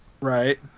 Right